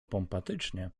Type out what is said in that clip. pompatycznie